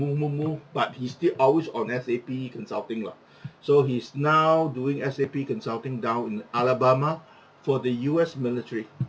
move move move but he still always on S_A_P consulting lah so he's now doing S_A_P consulting down in alabama for the U_S military